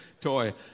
toy